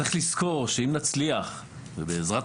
צריך קודם כל שנבטיח את שלומם וביטחונם של